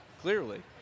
Clearly